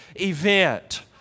event